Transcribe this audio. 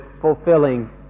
fulfilling